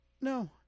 no